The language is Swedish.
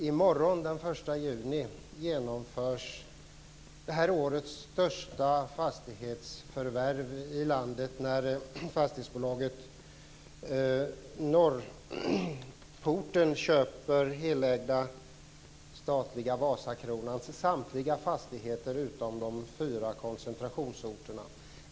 I morgon, den 1 juni, genomförs det här årets största fastighetsförvärv i landet när fastighetsbolaget Norrporten köper av staten helägda Vasakronans samtliga fastigheter, utom på de fyra koncentrationsorterna.